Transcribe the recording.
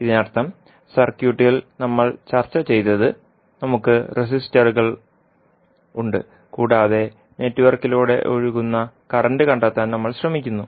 ഇതിനർത്ഥം സർക്യൂട്ടിൽ നമ്മൾ ചർച്ച ചെയ്തത് നമുക്ക് റെസിസ്റ്ററുകൾ ഉണ്ട് കൂടാതെ നെറ്റ്വർക്കിലൂടെ ഒഴുകുന്ന കറന്റ് കണ്ടെത്താൻ നമ്മൾ ശ്രമിക്കുന്നു